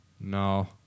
No